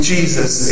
Jesus